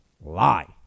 lie